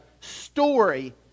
story